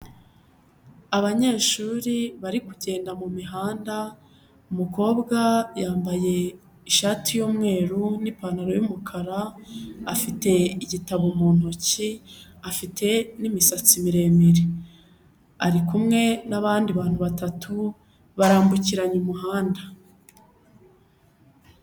Abanyeshuri bari kugenda mu mihanda, umukobwa yambaye ishati y'umweru n'ipantaro y'umukara, afite igitabo mu ntoki, afite n'imisatsi miremire, arikumwe n'abandi bantu batatu, barambukiranya umuhanda.